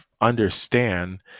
understand